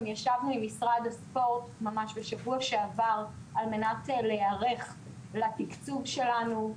גם ישבנו עם משרד הספורט ממש בשבוע שעבר על מנת להיערך לתקצוב שלנו,